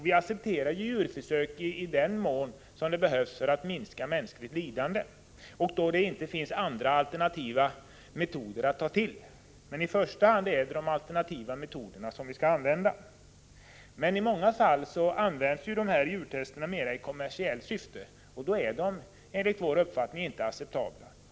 Vi accepterar djurförsök i den mån de behövs för att minska mänskligt lidande och då det inte finns andra alternativa metoder att ta till. Men i första hand är det de alternativa metoderna som vi skall använda. I många fall används emellertid dessa djurtest mera i kommersiellt syfte. Då är de enligt min uppfattning inte acceptabla.